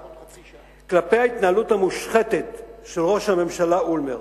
כלפי ההתנהלות המושחתת של ראש הממשלה אולמרט.